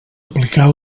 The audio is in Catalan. aplicar